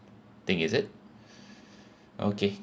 thing is it okay